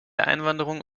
einwanderung